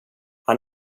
han